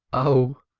oh!